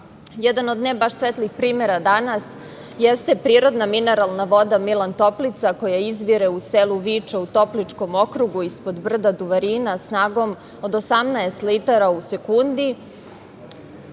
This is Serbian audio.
dala. Jedan od ne baš svetlih primera danas jeste prirodna mineralna voda „Milan Toplica“, koja izvire u selu Viča u Topličkom okrugu ispod brda Duvarina snagom od 18 litara u sekundi